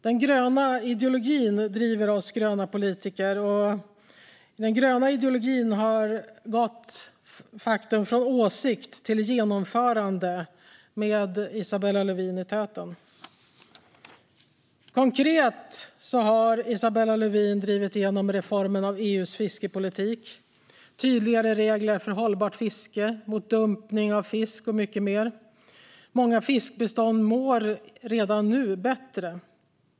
Den gröna ideologin driver oss gröna politiker, och den gröna ideologin har gått från åsikt till genomförande med Isabella Lövin i täten. Konkret har Isabella Lövin drivit igenom reformen av EU:s fiskepolitik och tydligare regler för hållbart fiske, mot dumpning av fisk och mycket mer. Många fiskbestånd mår redan nu bättre.